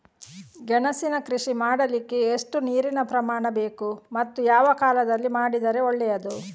ಗೆಣಸಿನ ಕೃಷಿ ಮಾಡಲಿಕ್ಕೆ ಎಷ್ಟು ನೀರಿನ ಪ್ರಮಾಣ ಬೇಕು ಮತ್ತು ಯಾವ ಕಾಲದಲ್ಲಿ ಮಾಡಿದರೆ ಒಳ್ಳೆಯದು?